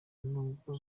nubwo